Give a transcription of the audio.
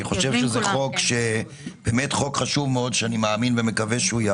אני חושב שזה חוק חשוב מאוד שמקווה ומאמין שיעבור.